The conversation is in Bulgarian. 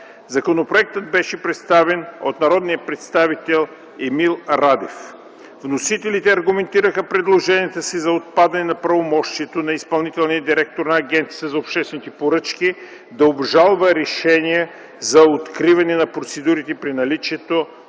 Законопроектът беше представен от народния представител Емил Радев. Вносителите аргументираха предложенията си за отпадане на правомощието на изпълнителния директор на Агенцията за обществените поръчки да обжалва решения за откриване на процедурите при наличието